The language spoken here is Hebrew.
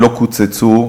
קוצצו.